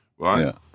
Right